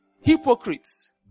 Hypocrites